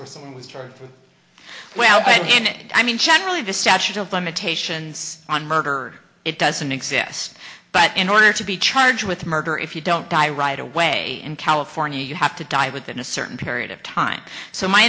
where someone was charged for well but in it i mean generally the statute of limitations on murder it doesn't exist but in order to be charged with murder if you don't die right away in california you have to die within a certain period of time so my